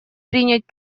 принять